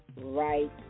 right